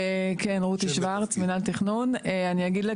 בסמכות של ראש הממשלה בכל נקודת זמן להעביר את